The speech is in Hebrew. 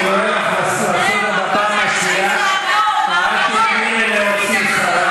על מה אתה מדבר?